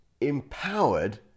empowered